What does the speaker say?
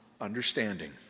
understanding